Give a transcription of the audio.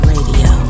Radio